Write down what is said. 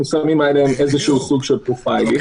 שמים עליהם איזשהו סוג של פרופיילינג.